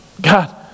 God